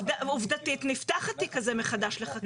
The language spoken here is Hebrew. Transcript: עובדתית, נפתח התיק הזה מחדש לחקירה.